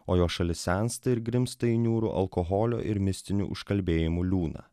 o jo šalis sensta ir grimzta į niūrų alkoholio ir mistinių užkalbėjimų liūną